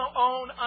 own